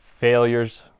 failures